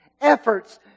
efforts